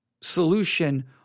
solution